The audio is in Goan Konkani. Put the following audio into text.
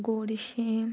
गोडशें